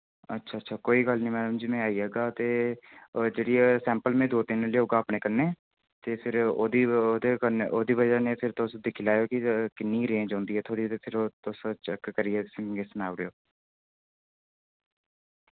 अच्छा अच्छा कोई गल्ल नि मैडम जी मैं आई जागा ते ओ जेह्ड़ी ओह् सैंपल मैं दो तिन लेओगा अपने कन्नै ते फिर ओह्दी ओह्दे कन्नै ओह्दी बजह नै फिर तुस दिक्खी लैयो कि किन्नी रेंज औंदी ऐ थुआढ़़ी ते फिर ओह् तुस चैक करियै उसी मि सनाई उड़ेओ